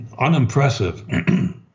unimpressive